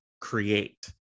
create